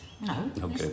No